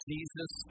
Jesus